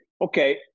Okay